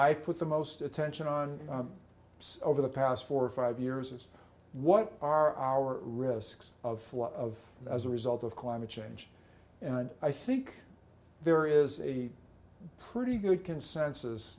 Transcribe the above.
i put the most attention on over the past four or five years is what are our risks of what of as a result of climate change and i think there is a pretty good consensus